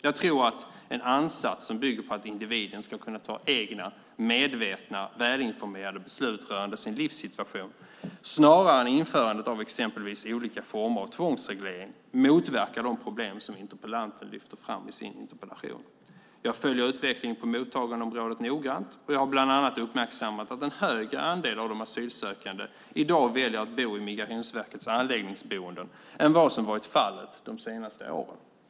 Jag tror att en ansats som bygger på att individen ska kunna fatta egna medvetna beslut och vara välinformerad rörande sin livssituation, snarare än införandet av exempelvis olika former av tvångsreglering, motverkar de problem som interpellanten lyfter fram i sin interpellation. Jag följer utvecklingen på mottagandeområdet noggrant och har bland annat uppmärksammat att en större andel av de asylsökande i dag väljer att bo i Migrationsverkets anläggningsboenden än som varit fallet de senaste åren.